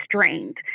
strained